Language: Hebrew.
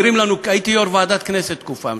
הייתי יושב-ראש ועדת הכנסת תקופה מסוימת.